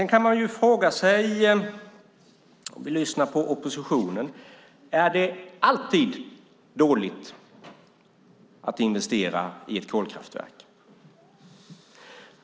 När vi lyssnar på oppositionen kan vi fråga oss om det alltid är dåligt att investera i ett kolkraftverk.